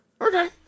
Okay